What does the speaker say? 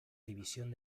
división